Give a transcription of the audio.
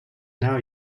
now